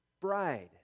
bride